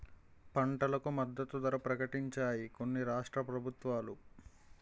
పంటలకు మద్దతు ధర ప్రకటించాయి కొన్ని రాష్ట్ర ప్రభుత్వాలు